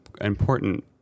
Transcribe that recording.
important